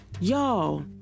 Y'all